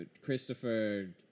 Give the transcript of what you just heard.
Christopher